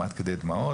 עד כדי דמעות,